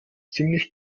ziemlich